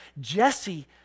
Jesse